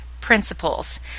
principles